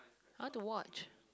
I want to watch